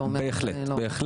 בהחלט.